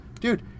dude